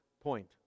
point